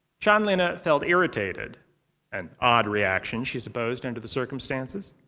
chanlina felt irritated an odd reaction, she supposed, under the circumstances.